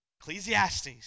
Ecclesiastes